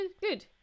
Good